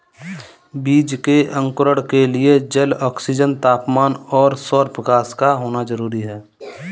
बीज के अंकुरण के लिए जल, ऑक्सीजन, तापमान और सौरप्रकाश का होना जरूरी है